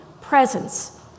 presence